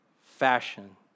fashion